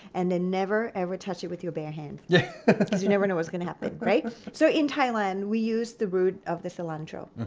and then never ever touch it with your bare hands yeah because you never know what's going to happen. so in thailand we use the root of the cilantro.